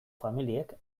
familiek